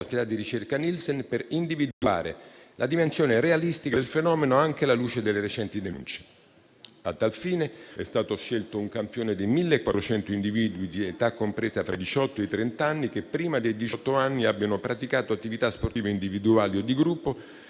di ricerca Nielsen per individuare la dimensione realistica del fenomeno, anche la luce delle recenti denunce. A tal fine è stato scelto un campione di 1.400 individui di età compresa tra i diciotto e i trent'anni che prima dei diciotto abbiano praticato attività sportive individuali o di gruppo